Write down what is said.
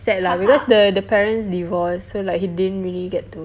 sad lah because the the parents divorce so like he didn't really get to